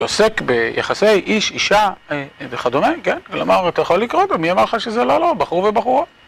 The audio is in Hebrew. עוסק ביחסי איש, אישה וכדומה, למה אתה יכול לקרוא את זה, מי אמר לך שזה לא? לא, בחרו ובחורה